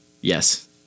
Yes